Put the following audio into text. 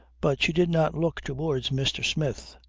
but she did not look towards mr. smith.